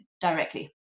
directly